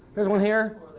this one here.